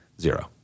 Zero